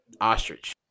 ostrich